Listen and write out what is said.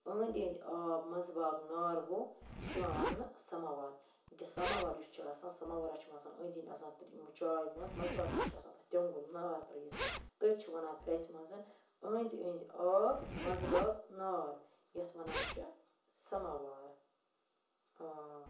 أنٛدۍ أنٛدۍ آب منٛز باغ نار گوٚو سُہ چھُ یِوان ونٛنہٕ سماوار کہِ سماوار یُس چھُ آسان سماوار س چھِ یِم آسن أنٛدۍ أنٛدۍ آسان تِر چاے منٛز منٛزٕ باغ کیٛاہ چھُ آسن تتھ تٮ۪نٛگُل نار ترٲیِتھ تٔتھ چھِ وَنان پٮ۪ژھِ منٛز زن أنٛدۍ أنٛدۍ آب منٛز باغ نار یَتھ وَنان چھِ سماوار